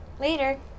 Later